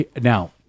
Now